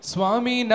Swami